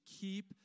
keep